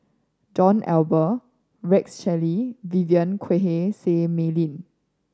John Eber Rex Shelley Vivien Quahe Seah Mei Lin